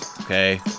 Okay